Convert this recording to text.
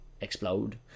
Explode